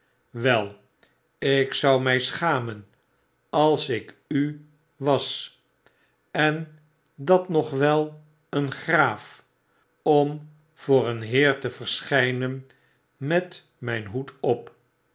wei ik zou my schamen als ik u was en dat nog wel een graaf om voor een heer te verschyrien met mijn hoed op